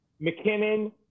McKinnon